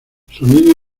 sonidos